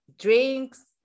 drinks